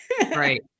Right